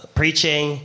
preaching